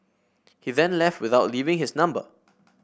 he then left without leaving his number